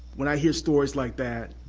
when i hear stories like that,